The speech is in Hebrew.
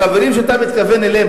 החברים שאתה מתכוון אליהם,